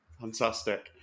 Fantastic